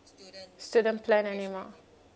student plan anymore